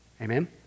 Amen